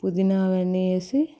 పుదీనా అవన్నీ వేసి